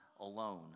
alone